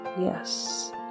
yes